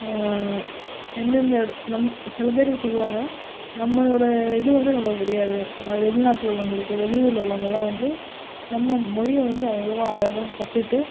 எந்தெந்த நம் சில பேரு சொல்லுவாங்க நம்மளோடய இது வந்து நம்மளுக்கு தெரியாது வெளிநாட்டில் உள்ளவங்களுக்கு வெளி ஊரில் உள்ளவங்கலாம் வந்து நம்ம மொழியை வந்து அவ்வளோ அழகாக கத்துகிட்டு